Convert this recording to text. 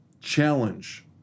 Challenge